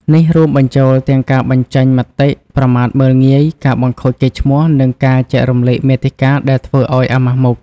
នេះរួមបញ្ចូលទាំង ការបញ្ចេញមតិប្រមាថមើលងាយ ការ បង្ខូចកេរ្តិ៍ឈ្មោះ និងការ ចែករំលែកមាតិកាដែលធ្វើឲ្យអាម៉ាស់មុខ។